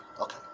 Okay